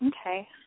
Okay